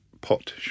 Pot